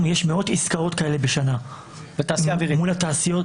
יש מאות עסקאות כאלה בשנה מול התעשייה